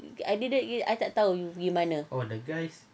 I didn't I tak tahu you pergi mana